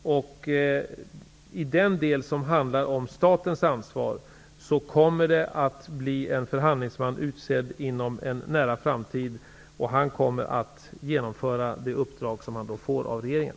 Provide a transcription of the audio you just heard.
I den del som handlar om statens ansvar kommer inom en nära framtid en förhandlingsman att utses, som kommer att genomföra det uppdrag som då ges av regeringen.